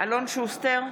אלון שוסטר,